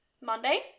Monday